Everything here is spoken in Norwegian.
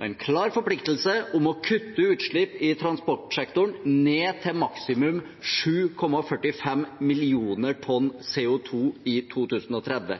og en klar forpliktelse om å kutte utslipp i transportsektoren ned til maksimum 7,45 millioner tonn CO 2 i 2030.